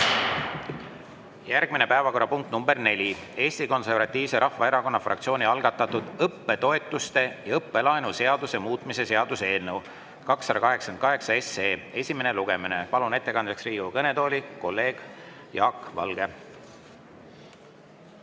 Järgmine päevakorrapunkt, number neli: Eesti Konservatiivse Rahvaerakonna fraktsiooni algatatud õppetoetuste ja õppelaenu seaduse muutmise seaduse eelnõu 288 esimene lugemine. Palun ettekandeks Riigikogu kõnetooli kolleeg Jaak Valge.